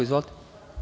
Izvolite.